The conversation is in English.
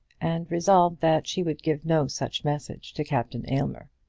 and resolved that she would give no such message to captain aylmer.